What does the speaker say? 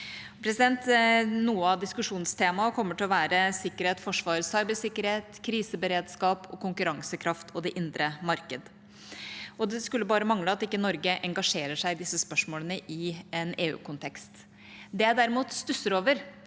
okt. – Trontaledebatt (første dag) 91 svar, cybersikkerhet, kriseberedskap, konkurransekraft og det indre markedet. Det skulle bare mangle at ikke Norge engasjerer seg i disse spørsmålene i en EU-kontekst. Det jeg derimot stusser over,